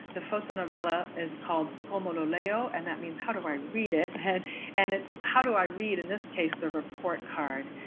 the fotonovela is called como lo leo, and that means, how do i read it? and it's, how do i read, in this case, the report card?